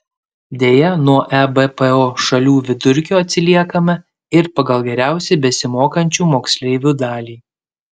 deja nuo ebpo šalių vidurkio atsiliekame ir pagal geriausiai besimokančių moksleivių dalį